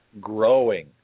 growing